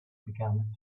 began